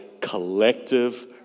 collective